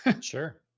Sure